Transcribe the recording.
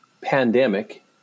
pandemic